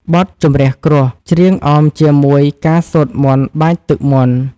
បទជម្រះគ្រោះ ច្រៀងអមជាមួយការសូត្រមន្តបាចទឹកមន្ត។